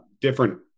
different